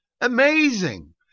Amazing